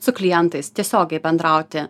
su klientais tiesiogiai bendrauti